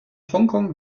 hongkong